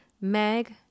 Meg